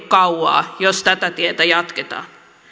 kauan jos tätä tietä jatketaan